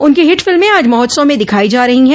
उनकी हिट फिल्में आज महोत्सव में दिखाई जा रही हैं